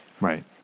right